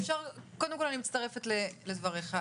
קודם כל, אני מצטרפת לדבריך.